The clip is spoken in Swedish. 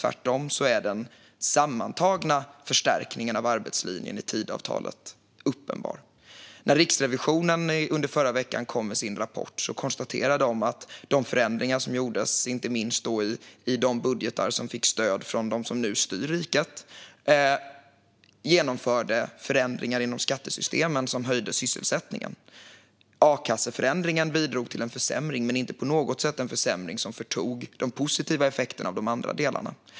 Tvärtom är den sammantagna förstärkningen av arbetslinjen i Tidöavtalet uppenbar. När Riksrevisionen under förra veckan kom med sin rapport konstaterade man att de förändringar som gjordes, inte minst i de budgetar som fick stöd av dem som nu styr riket, innebar förändringar i skattesystemen som höjde sysselsättningen. A-kasseförändringen bidrog till en försämring, men det var inte på något sätt en försämring som förtog de positiva effekterna av de andra delarna.